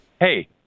Hey